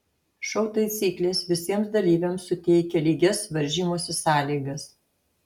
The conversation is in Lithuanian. šou taisyklės visiems dalyviams suteikia lygias varžymosi sąlygas